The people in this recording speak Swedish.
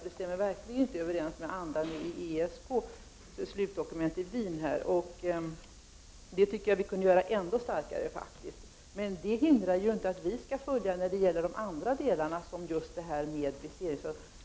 Det stämmer verkligen inte överens med andan i ESK:s slutdokument från Wien, och jag anser att Sverige borde vara ännu hårdare i sin kritik. Men detta hindrar inte att Sverige skall följa överenskommelsen när det gäller just detta med visering.